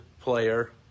player